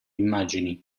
immagini